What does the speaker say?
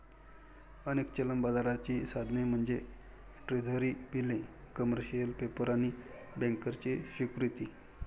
अनेक चलन बाजाराची साधने म्हणजे ट्रेझरी बिले, कमर्शियल पेपर आणि बँकर्सची स्वीकृती